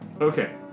Okay